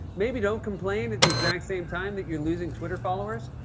maybe don't complain at the exact same time that you're losing twitter followers?